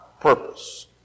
purpose